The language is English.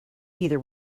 either